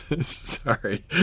Sorry